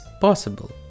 possible